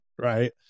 right